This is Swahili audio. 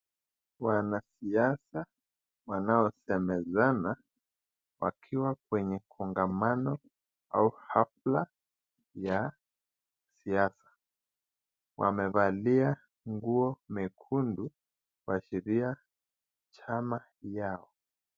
Wanasiasa wanaosemezana wakiwa kwenye kongamano au hafla ya wamevalia nguo nyekundu kuashiria chama yao.